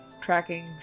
tracking